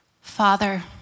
Father